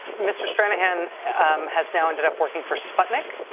mr. shanahan um has now ended up working for sputnik?